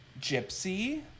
Gypsy